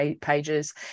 pages